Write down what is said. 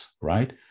right